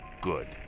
Good